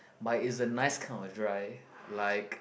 but is a nice kind of dry like